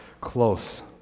close